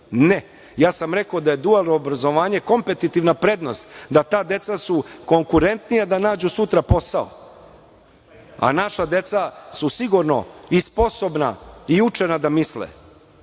Ne, ja sam rekao da je dualno obrazovanje kompetetivna prednost, da ta deca su konkurentnija da nađu sutra posao, a naša deca su sigurno i sposobna i učena da misle. Mi